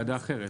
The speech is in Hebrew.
היערכות.